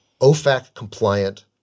OFAC-compliant